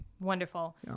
Wonderful